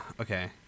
okay